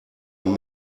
und